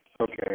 Okay